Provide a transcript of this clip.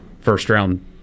first-round